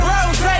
Rose